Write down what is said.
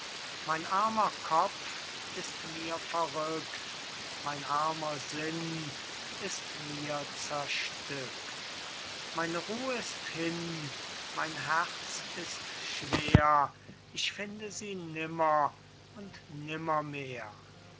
mein armer kopf ist mir verrückt mein armer sinn ist mir zerstückt meine ruh ist hin mein herz ist schwer ich finde sie nimmer und